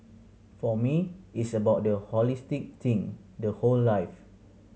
for me it's about the holistic thing the whole life